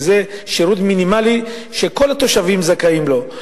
וזה שירות מינימלי שכל התושבים זכאים לו.